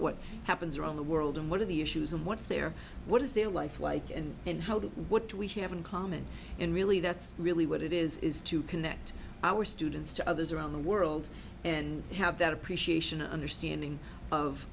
what happens around the world and what are the issues and what's there what is their life like and and how do what we have in common and really that's really what it is is to connect our students to others around the world and have that appreciation understanding of